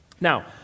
Now